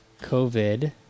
COVID